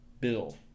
bill